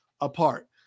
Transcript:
apart